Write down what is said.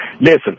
Listen